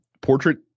portrait